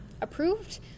approved